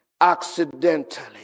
Accidentally